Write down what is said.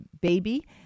baby